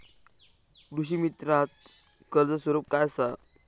कृषीमित्राच कर्ज स्वरूप काय असा?